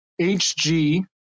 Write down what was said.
HG